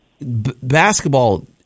basketball